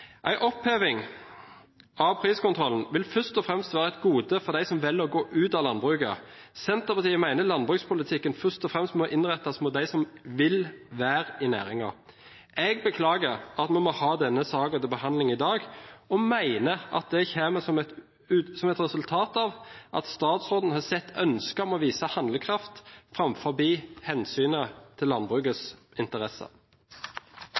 oppheving av priskontrollen vil først og fremst være et gode for dem som velger å gå ut av landbruket. Senterpartiet mener at landbrukspolitikken først og fremst må innrettes mot dem som vil være i næringen. Jeg beklager at vi må ha denne saken til behandlingen i dag, og mener at det kommer som et resultat av at statsråden har satt et ønske om å vise handlekraft foran hensynet til